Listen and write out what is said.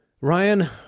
Ryan